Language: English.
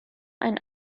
and